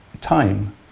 time